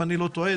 אם אני לא טועה,